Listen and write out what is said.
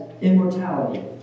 immortality